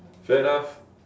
fair enough